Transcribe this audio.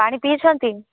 ପାଣି ପିଇଛନ୍ତି